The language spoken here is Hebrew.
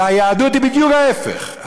והיהדות היא בדיוק ההפך,